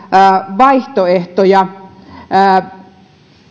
vaihtoehtoja